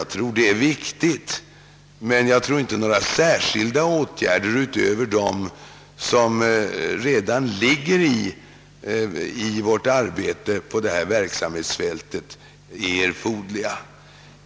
Det tror jag är en viktig sak. Men några särskilda åtgärder utöver dem som redan ligger i vårt arbete på detta verksamhetsfält fin ner jag inte erforderliga.